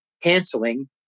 canceling